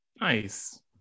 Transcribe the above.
nice